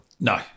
No